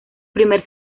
primer